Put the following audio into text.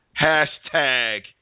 Hashtag